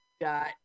dot